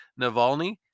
Navalny